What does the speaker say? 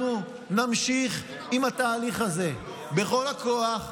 אנחנו נמשיך עם התהליך הזה בכל הכוח,